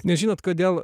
nes žinot kodėl